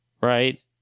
Right